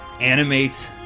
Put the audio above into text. animate